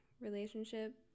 relationship